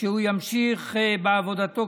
שהוא ימשיך בעבודתו,